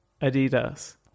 Adidas